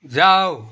जाऊ